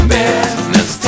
business